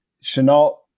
Chenault